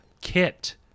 kit